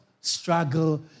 struggle